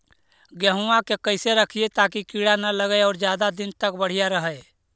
गेहुआ के कैसे रखिये ताकी कीड़ा न लगै और ज्यादा दिन तक बढ़िया रहै?